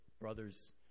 brothers